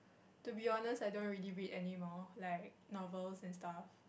to be honest I don't really read anymore like novels and stuff